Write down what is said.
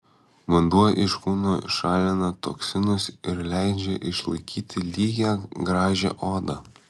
vanduo iš kūno šalina toksinus ir leidžia išlaikyti lygią gražią odą